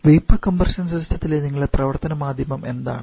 vapour compression സിസ്റ്റത്തിൽ നിങ്ങളുടെ പ്രവർത്തന മാധ്യമം എന്താണ്